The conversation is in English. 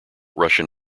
russian